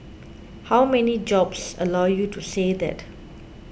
how many jobs allow you to say that